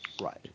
right